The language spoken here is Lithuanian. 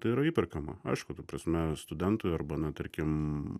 tai yra įperkama aišku ta prasme studentui arba na tarkim